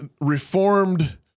reformed